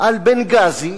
על בנגאזי.